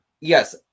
Yes